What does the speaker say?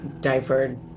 Diapered